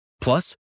Plus